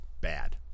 bad